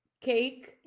Cake